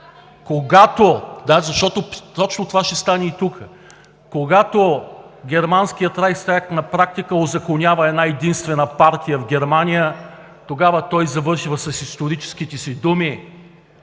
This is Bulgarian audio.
когато германският Райхстаг на практика узаконява една-единствена партия в Германия, тогава той завършва с историческите си думи: